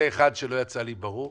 שלא יצא לי ברור,